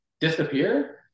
disappear